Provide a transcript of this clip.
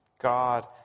God